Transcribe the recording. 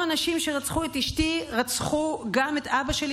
אנשים שרצחו את אשתי רצחו גם את אבא שלי,